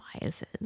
biases